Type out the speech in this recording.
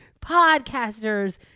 podcasters